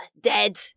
dead